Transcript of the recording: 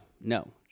no